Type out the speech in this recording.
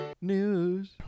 news